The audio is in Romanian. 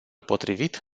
potrivit